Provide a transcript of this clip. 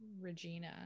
Regina